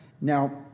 now